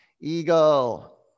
Eagle